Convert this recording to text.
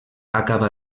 acaba